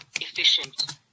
efficient